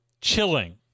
chilling